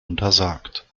untersagt